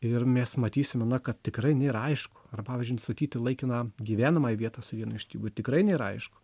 ir mes matysime na kad tikrai nėra aišku ar pavyzdžiui nustatyti laikiną gyvenamąją vietą su vienu iš tėvų tikrai nėra aišku